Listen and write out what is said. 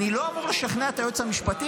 אני לא אמור לשכנע את היועץ המשפטי.